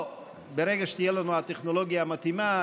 או ברגע שתהיה לנו הטכנולוגיה המתאימה,